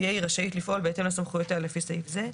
תהיה היא רשאית לפעול בהתאם לסמכויותיה לפי סעיף זה,